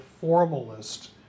formalist